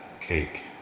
cake